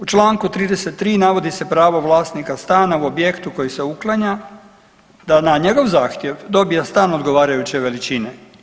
U čl. 33. navodi se pravo vlasnika stana u objektu koji se uklanja da na njegov zahtjev dobija stan odgovarajuće veličine.